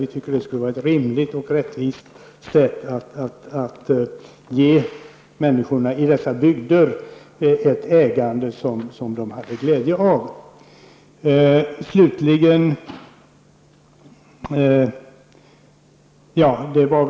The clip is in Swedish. Vi tycker att detta är ett rimligt och rättvist sätt att ge människor i dessa bygder ett ägande som de får glädje av.